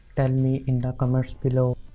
and me in the comments below,